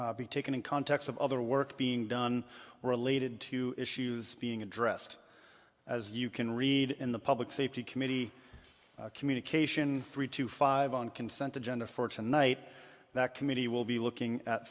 be taken in context of other work being done related to issues being addressed as you can read in the public safety committee communication three to five on consent agenda for tonight that committee will be looking at